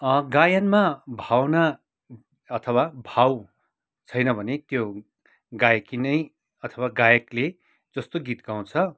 गायनमा भावना अथवा भाव छैन भने त्यो गायकी नै अथवा गायकले जस्तो गीत गाउँछ